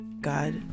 God